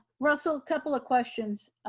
russell, a couple of questions.